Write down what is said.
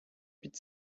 під